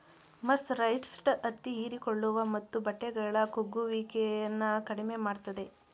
mercerised ಹತ್ತಿ ಹೀರಿಕೊಳ್ಳುವ ಮತ್ತು ಬಟ್ಟೆಗಳ ಕುಗ್ಗುವಿಕೆನ ಕಡಿಮೆ ಮಾಡ್ತದೆ